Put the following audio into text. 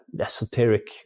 esoteric